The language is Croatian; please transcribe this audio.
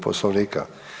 Poslovnika.